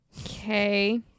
Okay